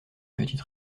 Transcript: petite